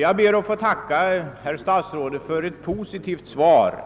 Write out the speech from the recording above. Jag ber att få tacka finansministern för det positiva svaret